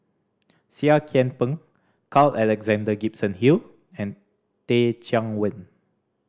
Seah Kian Peng Carl Alexander Gibson Hill and Teh Cheang Wan